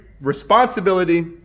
Responsibility